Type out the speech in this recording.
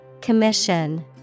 commission